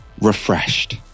refreshed